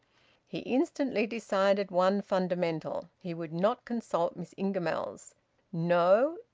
he instantly decided one fundamental he would not consult miss ingamells no,